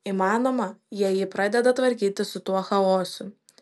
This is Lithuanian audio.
įmanoma jei ji pradeda tvarkytis su tuo chaosu